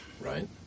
Right